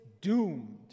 doomed